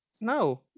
No